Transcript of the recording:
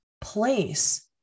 place